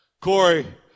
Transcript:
Corey